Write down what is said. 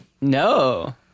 No